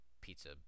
pizza